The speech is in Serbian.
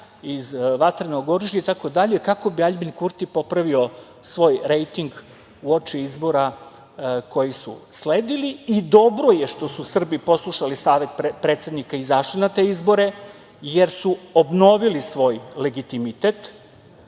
iz vatrenog oružja itd. kako bi Aljbin Kurti popravio svoj rejting uoči izbora koji su sledili i dobro je što su Srbi poslušali savet predsednika i izašli na te izbore jer su obnovili svoj legitimitet